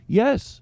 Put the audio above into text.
yes